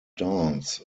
dance